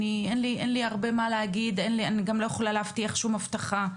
אין לי הרבה מה להגיד ואני גם לא יכולה להבטיח שום הבטחה.